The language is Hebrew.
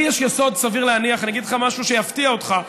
אני אגיד לך משהו שיפתיע אותך,